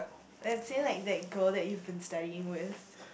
let's say like that girl that you've been studying with